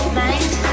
mind